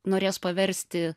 norės paversti